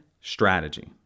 strategy